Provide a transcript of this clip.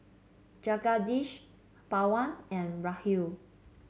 Jagadish Pawan and Rahul